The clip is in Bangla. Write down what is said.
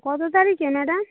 কত তারিখে ম্যাডাম